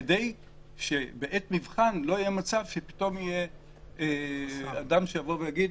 כדי שבעת מבחן לא יהיה מצב שפתאום יהיה אדם שיבוא ויגיד: